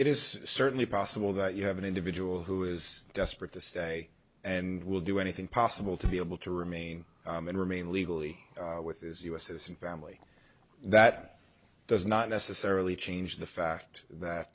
it is certainly possible that you have an individual who is desperate to say and will do anything possible to be able to remain and remain legally with his us and family that does not necessarily change the fact that